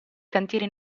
cantieri